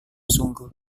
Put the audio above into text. sungguh